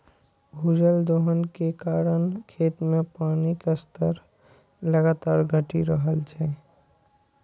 भूजल दोहन के कारण खेत मे पानिक स्तर लगातार घटि रहल छै